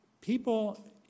people